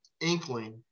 inkling